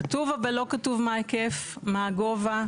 כתוב אבל לא כתוב מה ההיקף, מה הגובה?